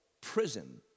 prison